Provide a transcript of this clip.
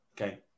Okay